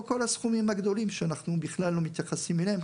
כל הסכומים הגדולים שאנחנו בכלל לא מתייחסים אליהם,